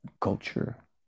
culture